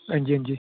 हंजी हंजी